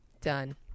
Done